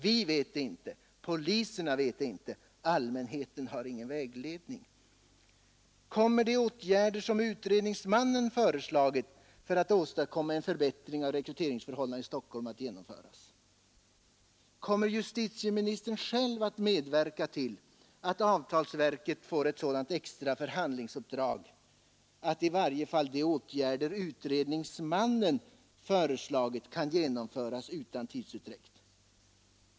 Vi vet det inte, poliserna vet det inte, och allmänheten r ingen vägledning. Kommer de åtgärder som utredningsmannen föreslagit, för att åstadkomma en förbättring av rekryteringsförhållandena i Stockholm, att genomföras? Kommer justitieministern själv att medverka till att avtalsverket får ett sådant extra förhandlingsuppdrag att i varje fall de åtgärder utredningsmannen föreslagit, kan genomföras utan tidsutdräkt?